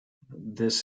this